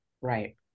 Right